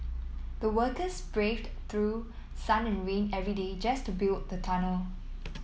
the workers braved through sun and rain every day just to build the tunnel